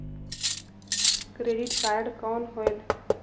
Credit card कौन होएल?